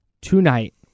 tonight